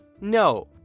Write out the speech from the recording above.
No